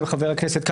עם חבר הכנסת קרעי,